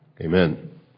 Amen